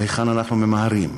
להיכן אנחנו ממהרים?